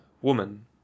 woman